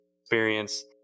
experience